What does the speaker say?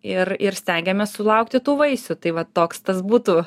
ir ir stengiamės sulaukti tų vaisių tai va toks tas būtų